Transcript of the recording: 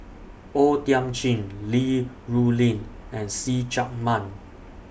O Thiam Chin Li Rulin and See Chak Mun